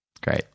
great